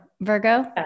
Virgo